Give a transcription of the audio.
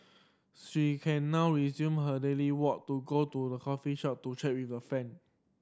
she can now resume her daily walk to go to the coffee shop to chat with their friend